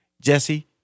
Jesse